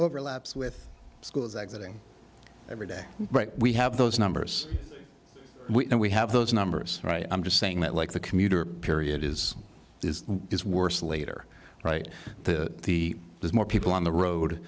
overlaps with schools exiting every day but we have those numbers and we have those numbers right i'm just saying that like the commuter period is it is worse later right to the there's more people on the road